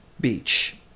Beach